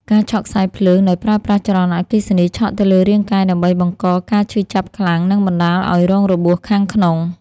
ការឆក់ខ្សែភ្លើង ដោយប្រើប្រាស់ចរន្តអគ្គិសនីឆក់ទៅលើរាងកាយដើម្បីបង្កការឈឺចាប់ខ្លាំងនិងបណ្ដាលឱ្យរងរបួសខាងក្នុង។